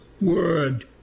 word